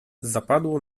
zapadło